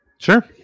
Sure